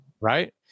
Right